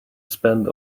spend